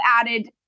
added